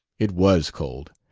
it was cold.